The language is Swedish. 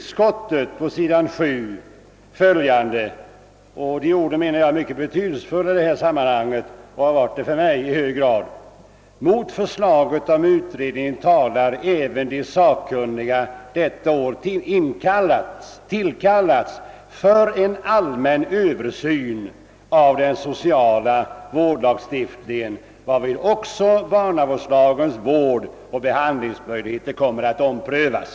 Utskottet skriver på s. 7 följande som enligt min mening är mycket betydelsefullt i detta sammanhang: »Mot förslaget om utredning talar även att sakkunniga detta år tillkallats för en allmän översyn av den sociala vårdlag stiftningen, varvid också barnavårdslagens vårdoch behandlingsmöjligheter skall omprövas.»